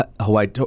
Hawaii